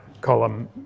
column